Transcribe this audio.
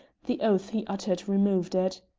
the oath he uttered removed it.